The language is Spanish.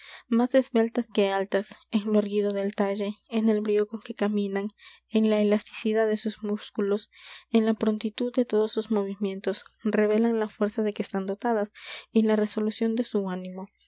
más esbeltas que altas en lo erguido del talle en el brío con que caminan en la elasticidad de sus músculos en la prontitud de todos sus movimientos revelan la fuerza de que están dotadas y la resolución de su ánimo